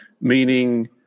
meaning